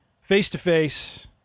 face-to-face